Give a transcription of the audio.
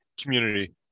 community